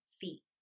feet